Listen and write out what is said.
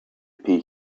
pay